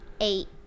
Eight